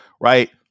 right